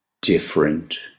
different